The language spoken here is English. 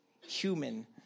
human